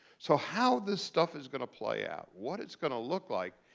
so how this stuff is going to play out, what it's going to look like,